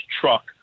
truck